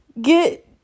get